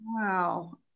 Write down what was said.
Wow